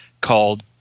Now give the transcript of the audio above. called